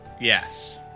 Yes